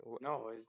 No